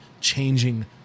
changing